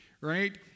right